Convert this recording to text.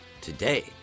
today